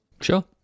sure